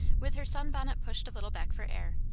with her sun-bonnet pushed a little back for air.